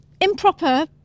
improper